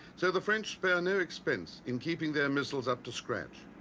so the french spare no expense in keeping their missiles up to scratch.